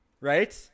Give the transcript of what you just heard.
Right